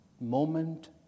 moment